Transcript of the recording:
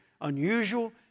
unusual